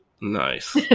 nice